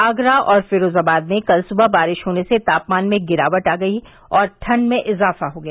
आगरा और फ़िरोजाबाद में कल सुबह बारिश होने से तापमान में गिरावट आ गई और ठंड में इज़ाफा हो गया